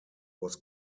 was